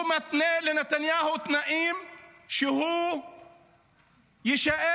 הוא מתנה לנתניהו תנאים שהוא יישאר